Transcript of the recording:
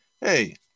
Hey